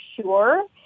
sure